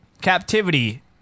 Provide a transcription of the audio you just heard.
Captivity